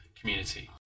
community